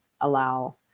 allow